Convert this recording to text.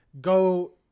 go